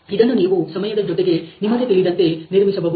ಇದನ್ನು ನೀವು ಸಮಯದ ಜೊತೆಗೆ ನಿಮಗೆ ತಿಳಿದಂತೆ ನಿರ್ಮಿಸಬಹುದು